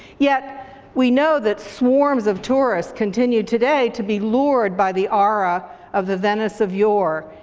yet we know that swarms of tourists continue today to be lured by the aura of the venice of yore,